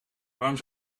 waarom